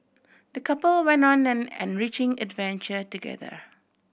the couple went on an enriching adventure together